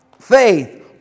faith